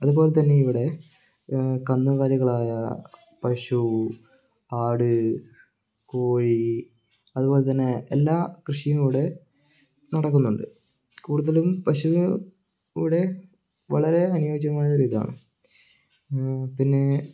അതുപോലെ തന്നെ ഇവിടെ കന്നുകാലികളായ പശു ആട് കോഴി അതുപോലെ തന്നെ എല്ലാ കൃഷിയും ഇവിടെ നടക്കുന്നുണ്ട് കൂടുതലും പശു ഇവിടെ വളരെ അനുയോജ്യമായൊരു ഇതാണ് പിന്നെ